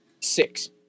Six